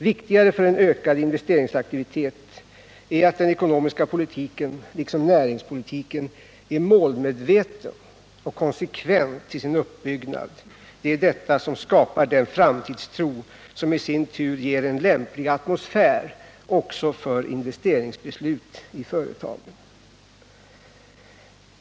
Viktigare för en ökad investeringsaktivitet är att den ekonomiska politiken, liksom näringspolitiken, är målmedveten och konsekvent i sin uppbyggnad. Det är detta som skapar den 59 framtidstro som i sin tur ger en lämplig atmosfär också för investeringsbeslut i företagen.